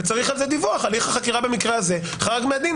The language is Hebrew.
וצריך על זה דיווח: הליך החקירה במקרה הזה חרג מהדין.